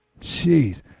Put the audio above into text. Jeez